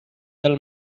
del